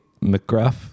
mcgruff